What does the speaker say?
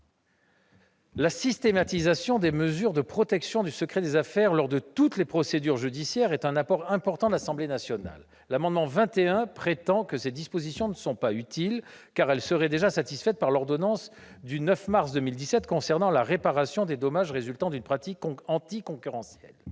la systématisation des mesures de protection du secret des affaires lors de toutes les procédures judiciaires est un apport important de l'Assemblée nationale. Or les auteurs de cet amendement prétendent que ces dispositions ne sont pas utiles, car elles seraient déjà satisfaites par l'ordonnance du 9 mars 2017 concernant la réparation des dommages résultant d'une pratique anticoncurrentielle.